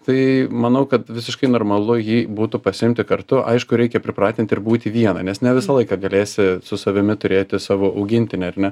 tai manau kad visiškai normalu jį būtų pasiimti kartu aišku reikia pripratinti ir būti vieną nes ne visą laiką galėsi su savimi turėti savo augintinį ar ne